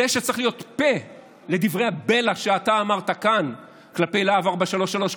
זה שצריך להיות פֶה לדברי הבלע שאתה אמרת כאן כלפי להב 433,